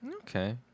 Okay